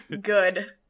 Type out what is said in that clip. good